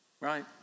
right